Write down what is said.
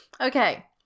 okay